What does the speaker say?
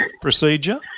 procedure